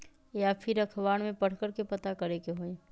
या फिर अखबार में पढ़कर के पता करे के होई?